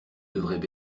devraient